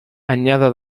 anyada